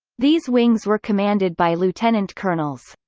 these wings were commanded by lieutenant-colonels.